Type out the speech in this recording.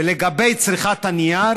ולגבי צריכת הנייר,